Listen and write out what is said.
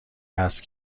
هست